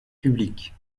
publiques